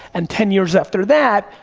and ten years after that,